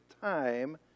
time